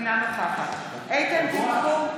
אינה נוכחת איתן גינזבורג,